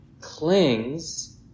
clings